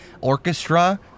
orchestra